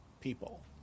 people